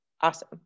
awesome